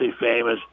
famous